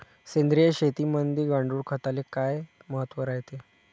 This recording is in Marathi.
सेंद्रिय शेतीमंदी गांडूळखताले काय महत्त्व रायते?